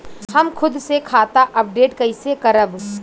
हम खुद से खाता अपडेट कइसे करब?